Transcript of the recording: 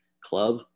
club